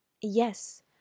Yes